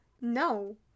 no